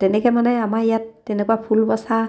তেনেকৈ মানে আমাৰ ইয়াত তেনেকুৱা ফুল বচা